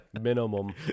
minimum